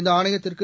இந்த ஆணையத்திற்கு